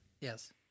Yes